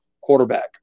quarterback